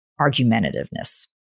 argumentativeness